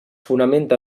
fonamenta